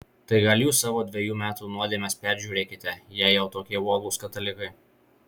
tai gal jūs savo dvejų metų nuodėmes peržiūrėkite jei jau tokie uolūs katalikai